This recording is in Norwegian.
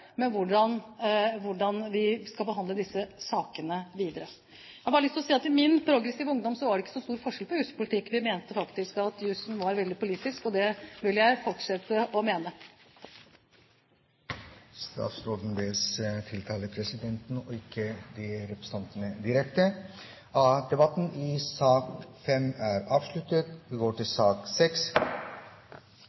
med hvordan vi skal behandle disse sakene videre. Jeg har lyst til å si at i min progressive ungdom var det ikke noen forskjell på jus og politikk. Vi mente faktisk at jusen var veldig politisk, og det vil jeg fortsette å mene. Statsråden bes tiltale presidenten og ikke representantene direkte. Sak nr. 5 er avsluttet. Etter ønske fra helse- og omsorgskomiteen vil presidenten foreslå at taletiden begrenses til